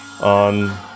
on